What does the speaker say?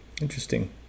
Interesting